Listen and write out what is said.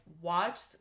watched